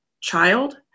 child